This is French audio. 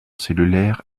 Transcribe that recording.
cellulaire